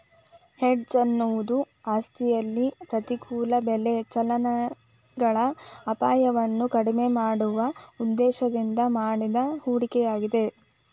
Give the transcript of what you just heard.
hedge ಎನ್ನುವುದು ಆಸ್ತಿಯಲ್ಲಿ ಪ್ರತಿಕೂಲ ಬೆಲೆ ಚಲನೆಗಳ ಅಪಾಯವನ್ನು ಕಡಿಮೆ ಮಾಡುವ ಉದ್ದೇಶದಿಂದ ಮಾಡಿದ ಹೂಡಿಕೆಯಾಗಿದೆ